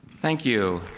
thank you.